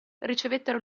ricevettero